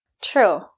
True